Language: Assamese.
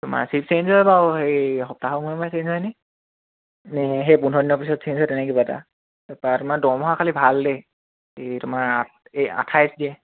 তোমাৰ ছিফ্ট চেইঞ্জ হয় বাৰু সেই সপ্তাহৰ মূৰে মূৰে চেইঞ্জ হয়নি নে সেই পোন্ধৰ দিনৰ পিছত চেইঞ্জ হয় তেনে কিবা এটা তাৰপৰা তোমাৰ দৰমহা খালি ভাল দেই এই তোমাৰ আঠ এই আঠাইছ দিয়ে